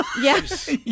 Yes